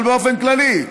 אבל באופן כללי.